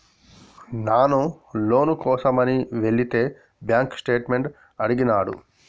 నాను లోను కోసమని ఎలితే బాంక్ స్టేట్మెంట్ అడిగినాడు